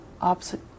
opposite